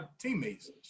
teammates